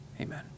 Amen